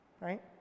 Right